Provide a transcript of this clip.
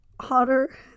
Hotter